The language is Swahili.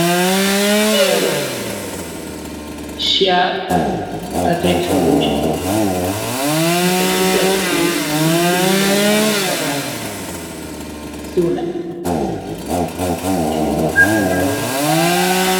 Siha Headache Solution. Matatizo ya kisunzi cha mara kwa mara. Sunna. Tatizo la kipanda uso.